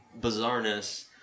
bizarreness